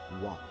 one